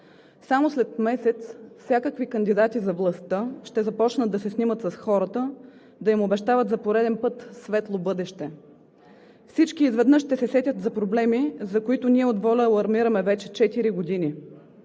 Само след месец всякакви кандидати за властта ще започнат да се снимат с хората, да им обещават за пореден път светло бъдеще. Всички изведнъж ще се сетят за проблеми, за които ние от ВОЛЯ алармираме вече четири години.